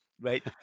right